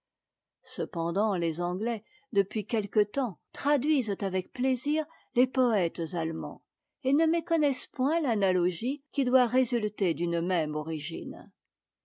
cependant les anglais depuis quelque temps traduisent avec plaisir les poëtes allemands et ne méconnaissent point l'analogie qui doit résulter d'une même origine